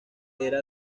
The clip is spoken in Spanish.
era